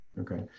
Okay